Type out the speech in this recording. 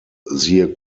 siehe